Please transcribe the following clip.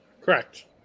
Correct